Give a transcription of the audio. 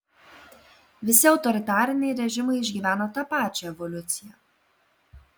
visi autoritariniai režimai išgyvena tą pačią evoliuciją